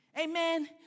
Amen